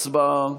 הצבעה.